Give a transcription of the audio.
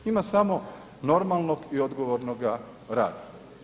Ima samo normalnog i odgovornoga rada.